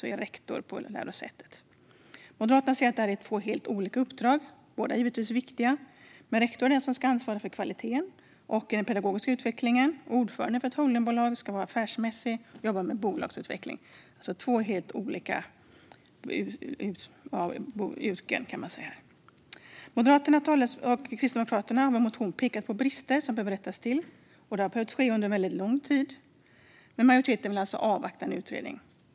Moderaterna anser att dessa två viktiga uppdrag är helt olika. Medan en rektor ska ansvara för kvalitet och pedagogisk utveckling ska en ordförande för ett holdingbolag arbeta affärsmässigt och jobba med bolagsutveckling. Moderaterna och Kristdemokraterna pekar i sin reservation på brister som länge har behövt rättas till. Majoriteten vill dock avvakta en utredning.